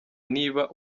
niba